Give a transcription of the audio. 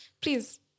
please